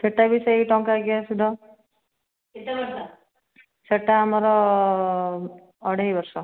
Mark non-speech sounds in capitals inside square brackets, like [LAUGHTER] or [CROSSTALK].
ସେଟା ବି ସେଇ ଟଙ୍କିକିଆ ସୁଧ [UNINTELLIGIBLE] ସେଇଟା ଆମର ଅଢେଇ ବର୍ଷ